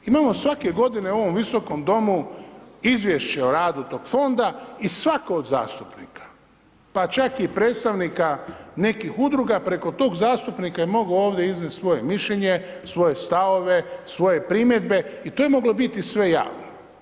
Imamo svake godine u ovom viskom domu izvješće o radu tog Fonda i svako od zastupnika, pa čak i predstavnika nekih udruga preko tog zastupnika je mogao ovdje iznijeti svoje mišljenje, svoje stavove, svoje primjedbe i to je moglo biti sve javno.